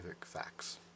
facts